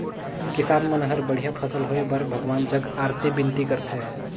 किसान मन हर बड़िया फसल होए बर भगवान जग अरती बिनती करथे